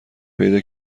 پیدا